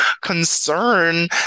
concern